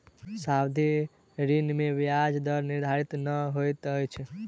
सावधि ऋण में ब्याज दर निर्धारित नै होइत अछि